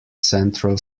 central